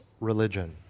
religion